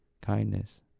kindness